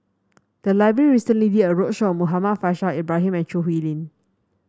the library recently did a roadshow on Muhammad Faishal Ibrahim and Choo Hwee Lim